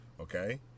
okay